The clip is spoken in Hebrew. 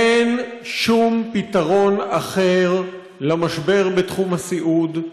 אין שום פתרון אחר למשבר בתחום הסיעוד,